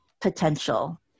potential